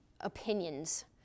opinions